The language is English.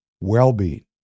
well-being